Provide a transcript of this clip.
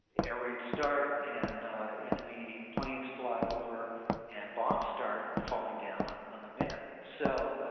air raids start and enemy planes fly over and bombs start falling down on on the men. so,